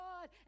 God